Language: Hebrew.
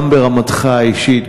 גם ברמתך האישית,